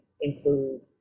include